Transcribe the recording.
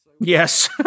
Yes